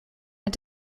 had